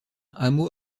hameau